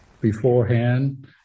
beforehand